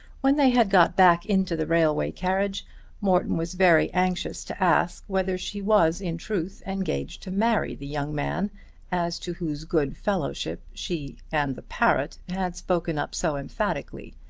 when they had got back into the railway carriage morton was very anxious to ask whether she was in truth engaged to marry the young man as to whose good fellowship she and the parrot had spoken up so emphatically,